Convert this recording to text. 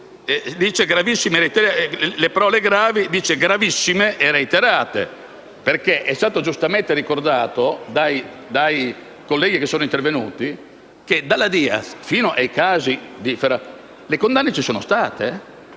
con «gravissime e reiterate», perché - come è stato giustamente ricordato dai colleghi che sono intervenuti - dalla Diaz fino agli altri casi le condanne ci sono state: